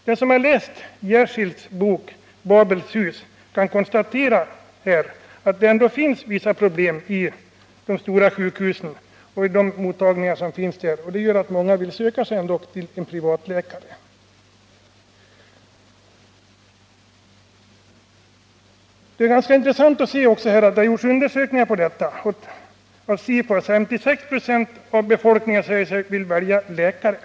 Den som har läst Jersilds bok Babels hus vet att det ändå finns vissa problem i de stora sjukhusen, och det gör att många vill söka sig till privatläkare. Det är ganska intressant att se — SIFO har gjort undersökningar om detta — att 56 96 av befolkningen säger sig vilja välja läkare.